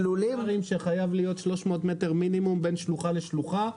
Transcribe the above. חייב להיות 300 מטר מינימום בין שלוחה לשלוחה,